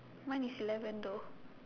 mine is eleven though